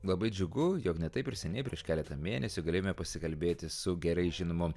labai džiugu jog ne taip ir seniai prieš keletą mėnesių galėjome pasikalbėti su gerai žinomu